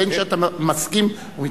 בין שאתה מסכים או מתנגד,